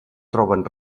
troben